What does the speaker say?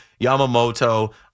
Yamamoto